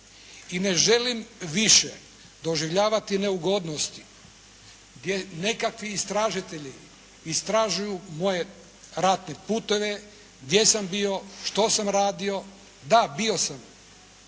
I ne želim više doživljavati neugodnosti gdje nekakvi istražitelji istražuju moje ratne putove gdje sam bio, što sam radio, da bio sam